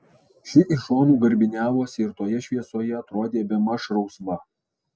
ši iš šonų garbiniavosi ir toje šviesoje atrodė bemaž rausva